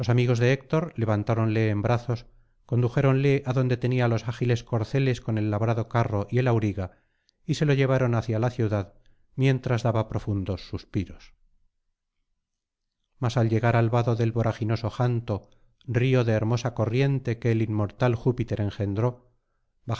de héctor levantáronle en brazos condujéronle adonde tenía los ágiles corceles con el labrado carro y el auriga y se lo llevaron hacia la ciudad mientras daba profundos suspiros mas al llegar al vado del voraginoso janto río de hermosa corriente que el inmortal júpiter engendró